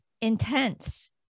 intense